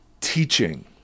teaching